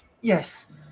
yes